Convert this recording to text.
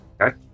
Okay